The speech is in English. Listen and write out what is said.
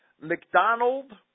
McDonald